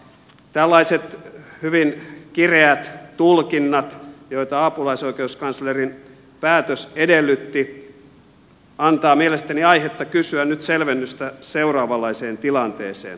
tällaiset hyvin kireät tulkinnat joita apulaisoikeuskanslerin päätös edellytti antavat mielestäni aihetta kysyä nyt selvennystä seuraavanlaiseen tilanteeseen